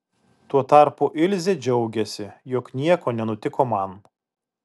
tuo tarpu ilzė džiaugėsi jog nieko nenutiko man